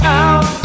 out